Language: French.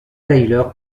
tyler